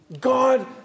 God